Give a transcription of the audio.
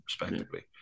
respectively